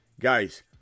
guys